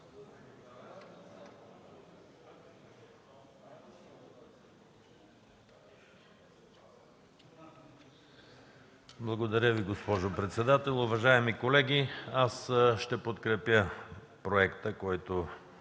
Благодаря Ви, госпожо председател. Уважаеми колеги, ще подкрепя проекта, който